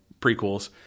prequels